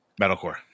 metalcore